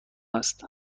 هست